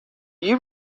you